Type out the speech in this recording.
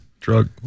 drug